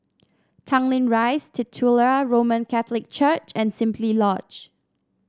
Tanglin Rise Titular Roman Catholic Church and Simply Lodge